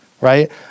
right